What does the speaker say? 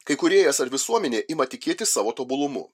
kai kūrėjas ar visuomenė ima tikėti savo tobulumu